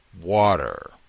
water